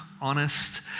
honest